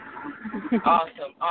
Awesome